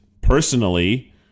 personally